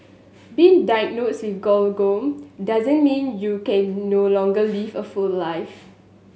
being diagnosed with glaucoma doesn't mean you can no longer live a full life